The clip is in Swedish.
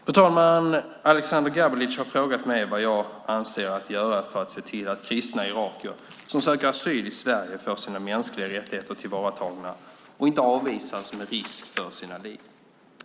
Fru talman! Aleksander Gabelic har frågat mig vad jag avser att göra för att se till att kristna irakier som söker asyl i Sverige får sina mänskliga rättigheter tillvaratagna och inte avvisas med risk för sina liv.